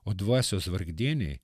o dvasios vargdieniai